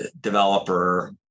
developer